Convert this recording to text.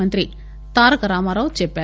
మంత్రి తారకరామారావు చెప్పారు